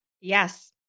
Yes